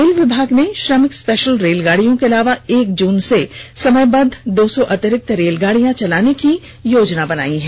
rail विभाग ने श्रमिक स्पेशल रेलगाड़ियों के अलावा एक जून से समयबद्ध दो सौ अतिरिक्ति रेलगाड़ियां चलाने की योजना बनाई है